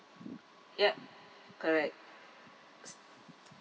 ya correct